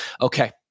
Okay